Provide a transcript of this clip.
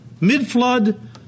mid-flood